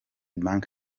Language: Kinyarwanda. bank